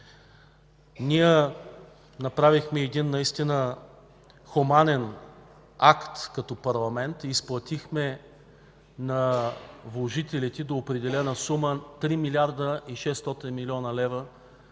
Ние направихме един наистина хуманен акт като парламент, изплатихме на вложителите до определена сума – 3 млрд. 600 млн. лв.,